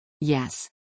Yes